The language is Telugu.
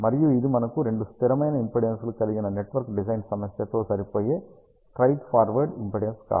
మరియు ఇది మనకు రెండు స్థిరమైన ఇంపిడెన్స్లు కలిగిన నెట్వర్క్ డిజైన్ సమస్య తో సరిపోయే స్ట్రెయిట్ ఫార్వర్డ్ ఇంపిడెన్స్ కాదు